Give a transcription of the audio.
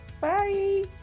Bye